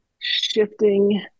shifting